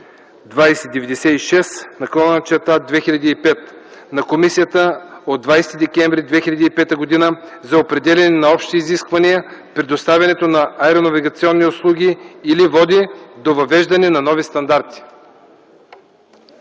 2096/2005 на Комисията от 20 декември 2005 г. за определяне на общи изисквания при доставянето на аеронавигационни услуги, или води до въвеждане на нови стандарти.